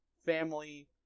family